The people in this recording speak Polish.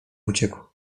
uciekł